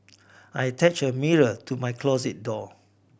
I attached a mirror to my closet door